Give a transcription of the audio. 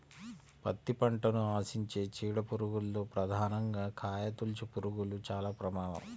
పత్తి పంటను ఆశించే చీడ పురుగుల్లో ప్రధానంగా కాయతొలుచుపురుగులు చాలా ప్రమాదం